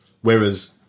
Whereas